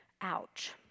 Ouch